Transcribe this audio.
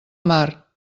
mar